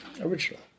original